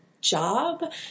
job